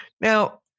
Now